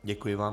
Děkuji vám.